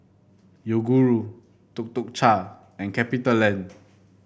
Yoguru Tuk Tuk Cha and Capitaland